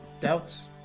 doubts